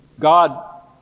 God